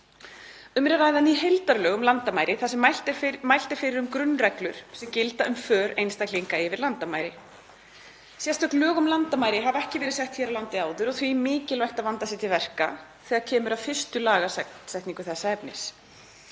Um er að ræða ný heildarlög um landamæri þar sem mælt er fyrir um grunnreglur sem gilda um för einstaklinga yfir landamæri. Sérstök lög um landamæri hafa ekki verið sett áður og því mikilvægt að vandað sé til verka þegar kemur að fyrstu lagasetningu þess efnis.